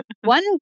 One